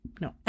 No